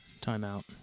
Timeout